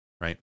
right